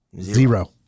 Zero